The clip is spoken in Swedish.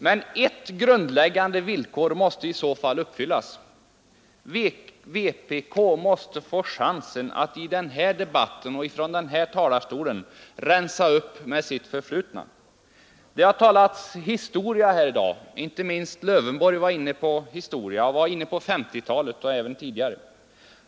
Men ett grundläggande villkor måste i så fall uppfyllas. Vpk måste få chansen att i den här debatten rensa upp i sitt förflutna. Det har talats historia här i dag. Herr Lövenborg talade om 1950-talet och tiden dessförinnan.